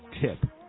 tip